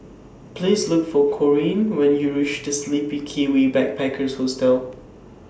Please Look For Corean when YOU REACH The Sleepy Kiwi Backpackers Hostel